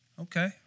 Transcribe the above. Okay